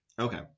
Okay